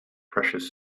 precious